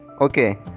Okay